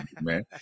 man